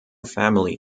family